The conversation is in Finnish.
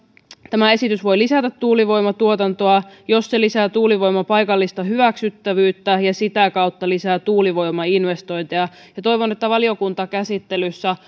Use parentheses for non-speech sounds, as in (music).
tämä esitys voi lisätä tuulivoimatuotantoa jos se lisää tuulivoiman paikallista hyväksyttävyyttä ja sitä kautta lisää tuulivoimainvestointeja toivon että valiokuntakäsittelyssä (unintelligible)